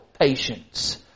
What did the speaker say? patience